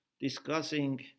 discussing